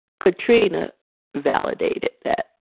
katrina validated that.